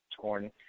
torn